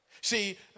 See